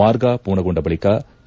ಮಾರ್ಗ ಪೂರ್ಣಗೊಂಡ ಬಳಿಕ ಕೆ